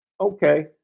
okay